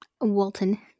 Walton